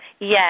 Yes